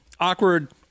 Awkward